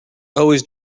always